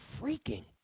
freaking